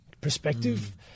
perspective